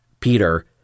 Peter